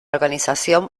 organización